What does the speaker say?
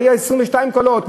שהיו 22 קולות.